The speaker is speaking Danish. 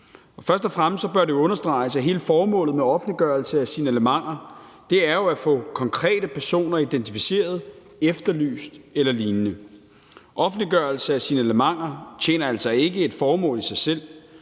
Først og fremmest bør det understreges, at hele formålet med offentliggørelse af signalementer jo er at få konkrete personer identificeret, efterlyst eller lignende. Offentliggørelse af signalementer tjener altså ikke et formål i sig selv.